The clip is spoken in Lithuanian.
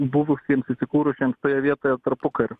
buvusiems įsikūrusiems toje vietoje tarpukariu